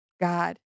God